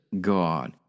God